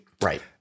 Right